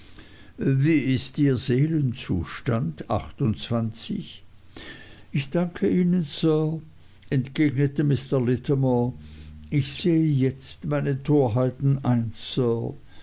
wie ist ihr seelenzustand ich danke ihnen sir entgegnete mr littimer ich sehe jetzt meine torheiten ein